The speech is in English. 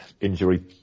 injury